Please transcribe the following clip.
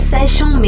Session